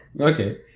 Okay